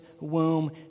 womb